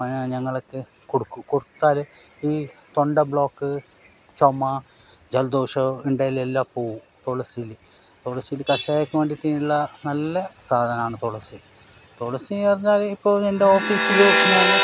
ഞങ്ങളൊക്കെ കൊടുക്കും കൊടുത്താൽ ഈ തൊണ്ട ബ്ലോക്ക് ചുമ ജലദോഷം ഉണ്ടേല് എല്ലാം പോകും തുളസിയിൽ തുളസിയിൽ കഷായത്തിന് വേണ്ടിയിട്ടുള്ള നല്ല സാധനമാണ് തുളസി തുളസി എന്നു പറഞ്ഞാൽ ഇപ്പോൾ എന്റെ ഓഫീസിൽ